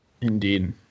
Indeed